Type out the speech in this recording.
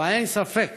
אבל אין ספק